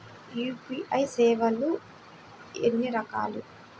UPI సేవలు ఎన్నిరకాలు?